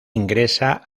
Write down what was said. ingresa